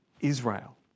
Israel